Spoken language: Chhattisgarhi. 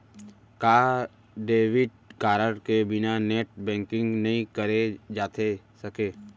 का डेबिट कारड के बिना नेट बैंकिंग नई करे जाथे सके?